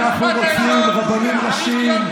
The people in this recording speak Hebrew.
רוצים ברבנים ראשיים,